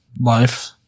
Life